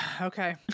okay